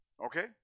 Okay